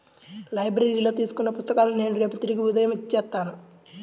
లైబ్రరీలో తీసుకున్న పుస్తకాలను నేను రేపు ఉదయం తిరిగి ఇచ్చేత్తాను